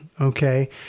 Okay